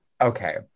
Okay